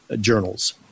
journals